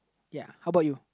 ya how about you